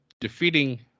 Defeating